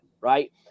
Right